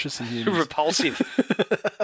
repulsive